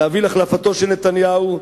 להביא להחלפתו של נתניהו,